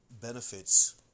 benefits